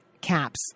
caps